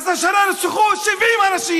אז השנה נרצחו 70 אנשים.